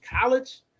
college